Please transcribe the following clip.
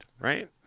Right